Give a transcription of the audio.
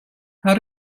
how